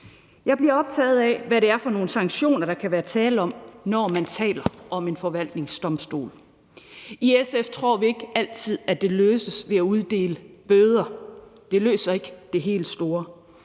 Jeg er optaget af, hvad det er for nogle sanktioner, der kan være tale om, når man taler om en forvaltningsdomstol. I SF tror vi ikke altid, at det løses ved at uddele bøder – det løser ikke det helt store.